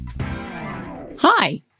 Hi